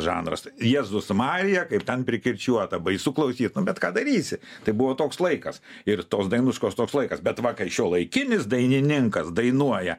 žanras jėzus marija kaip ten prikirčiuota baisu klausyt nu bet ką darysi tai buvo toks laikas ir tos dainuškos toks laikas bet va kai šiuolaikinis dainininkas dainuoja